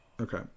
Okay